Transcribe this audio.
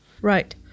Right